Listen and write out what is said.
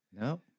no